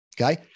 okay